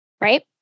right